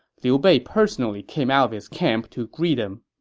liu bei personally came out of his camp to greet him.